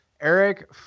Eric